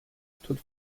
stood